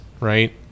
right